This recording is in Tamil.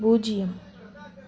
பூஜ்ஜியம்